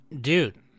Dude